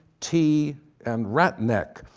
tee and rat-neck.